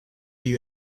you